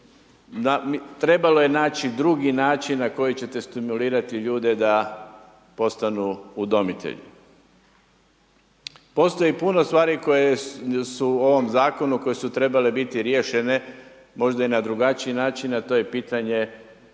trebalo je naći drugi način na koji će te stimulirati ljude da postanu udomitelji. Postoji puno stvari koje su u ovom Zakonu, koju su trebale biti riješene, možda i na drugačiji način, a to je pitanje